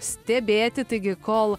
stebėti taigi kol